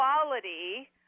quality